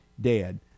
dead